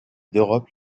d’europe